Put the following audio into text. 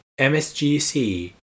MSGC